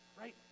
right